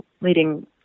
leading